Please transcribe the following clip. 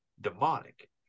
demonic